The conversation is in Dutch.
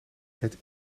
het